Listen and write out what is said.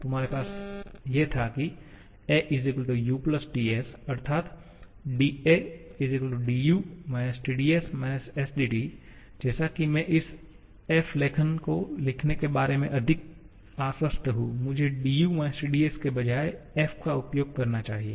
तुम्हारे पास ये था की a u − Ts अर्थात da du - Tds − sdT जैसा कि मैं इस f लेखन को लिखने के बारे में अधिक आश्वस्त हूं मुझे du Tds के बजाय f का उपयोग करना चाहिए